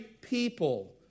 people